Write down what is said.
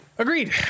agreed